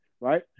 right